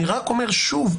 אני רק אומר שוב,